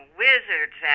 wizards